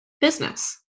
business